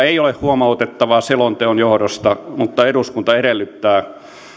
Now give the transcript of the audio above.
ei ole huomautettavaa selonteon johdosta mutta eduskunta edellyttää